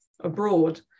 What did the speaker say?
abroad